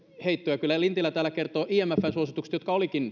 heittoja kyllä lintilä täällä kertoo imfn suosituksista jotka olivatkin